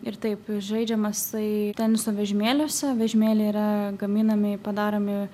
ir taip žaidžiamas ai teniso vežimėliuose vežimėliai yra gaminami padaromi